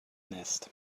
nest